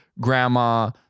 grandma